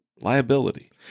Liability